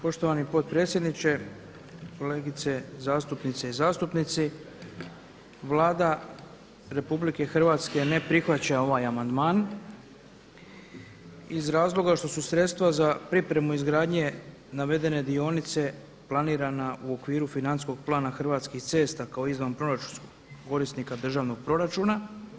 Poštovani potpredsjedniče, kolegice zastupnice i zastupnici Vlada RH ne prihvaća ovaj amandman iz razloga što su sredstva za pripremu izgradnje navedene dionice planirana u okviru financijskog plana Hrvatskih cesta kao izvanproračunskog korisnika državnog proračuna.